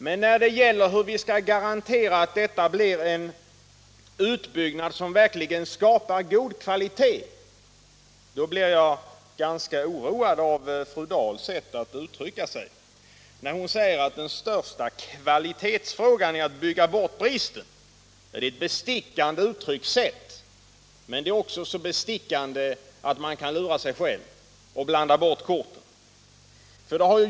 Men när det gäller hur vi skall kunna garantera att detta blir en utbyggnad som verkligen skapar god kvalitet blir jag ganska oroad över fru Dahls sätt att uttrycka sig. Hon säger att den viktigaste kvalitetsfrågan är att bygga bort bristen. Det är ett bestickande uttryckssätt, men det är så bestickande att man kan lura sig själv och blanda bort korten.